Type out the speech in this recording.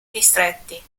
distretti